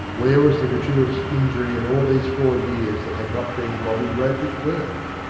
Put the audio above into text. where was the gratuitous injury in all these four years that had not been bobby roper's work?